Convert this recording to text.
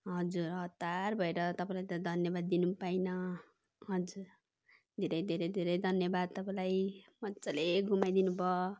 हजुर हतार भएर तपाईँलाई त धन्यवाद दिनु पाइनँ हजुर धेरै धेरै धेरै धन्यवाद तपाईँलाई मजाले घुमाइदिनु भयो